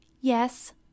yes